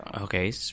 Okay